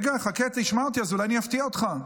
רגע, חכה, תשמע אותי, אז אולי אני אפתיע אותך.